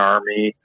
Army